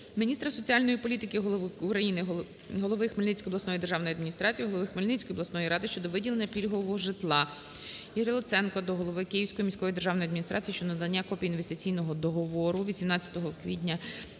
міністра соціальної політики України, голови Хмельницької обласної державної адміністрації, голови Хмельницької обласної ради щодо виділення пільгового житла. Ігоря Луценка до голови Київської міської державної адміністрації щодо надання копії інвестиційного договору від 17 квітня